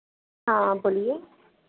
हाँ बोलिए